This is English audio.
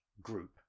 group